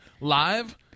live